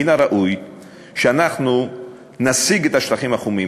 מן הראוי שאנחנו נשיג את השטחים החומים,